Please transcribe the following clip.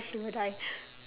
she would die